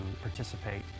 participate